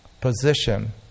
position